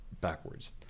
backwards